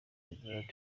mcdonald